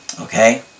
Okay